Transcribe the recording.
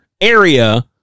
area